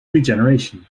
regeneration